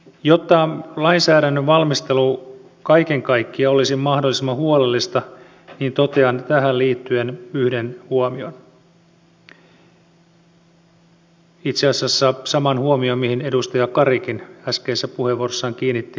jotta lainsäädännön valmistelu kaiken kaikkiaan olisi mahdollisimman huolellista niin totean tähän liittyen yhden huomion itse asiassa saman huomion mihin edustaja kari äskeisessä puheenvuorossaan kiinnitti huomiota